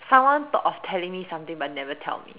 someone thought of telling me something but never tell me